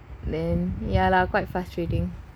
ya lah quite frustrating